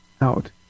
out